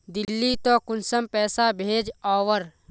दिल्ली त कुंसम पैसा भेज ओवर?